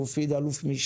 מופיד הוא אל"מ.